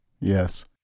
yes